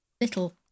Little